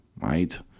right